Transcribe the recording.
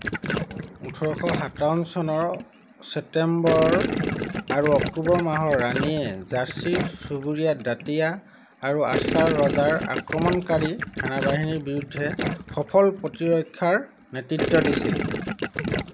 ওঠৰশ সাতাৱন্ন চনৰ ছেপ্টেম্বৰ আৰু অক্টোবৰ মাহৰ ৰাণীয়ে ঝাঁচীৰ চুবুৰীয়া দাতিয়া আৰু অৰ্চ্ছাৰ ৰজাৰ আক্ৰমণকাৰী সেনাবাহিনীৰ বিৰুদ্ধে সফল প্ৰতিৰক্ষাৰ নেতৃত্ব দিছিল